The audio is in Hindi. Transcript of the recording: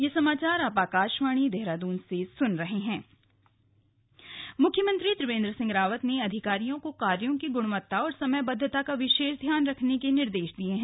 स्लग सीएम बैठक मुख्यमंत्री त्रिवेंद्र सिंह रावत ने अधिकारियों को कार्यो की गुणवत्ता और समयबद्वता का विशेष ध्यान रखने के निर्देश दिये हैं